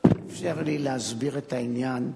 לאפשר לי להסביר את העניין.